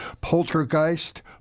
Poltergeist